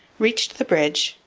reached the bridge,